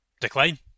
decline